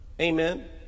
amen